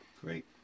Great